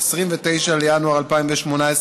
29 בינואר 2018,